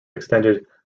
extended